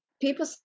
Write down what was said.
people